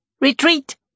Retreat